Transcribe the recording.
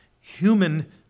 human